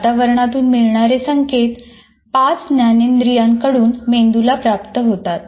वातावरणातून मिळणारे संकेत पाच ज्ञानेंद्रियं कडून मेंदूला प्राप्त होतात